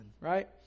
right